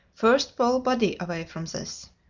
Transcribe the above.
first pull body away from this.